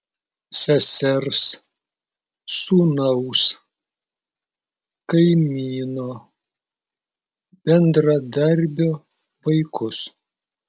sesers sūnaus kaimyno bendradarbio vaikus